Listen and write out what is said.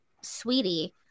sweetie